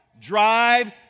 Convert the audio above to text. Drive